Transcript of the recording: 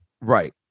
Right